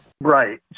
Right